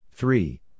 Three